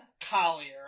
Collier